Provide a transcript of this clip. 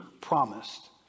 promised